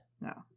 No